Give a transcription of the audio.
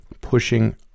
pushing